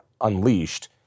unleashed